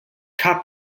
cup